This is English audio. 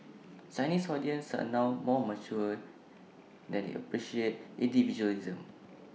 Chinese audience are now more mature and they appreciate individualism